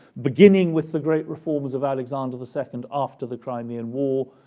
beginning with the great reforms of alexander the second after the crimean war,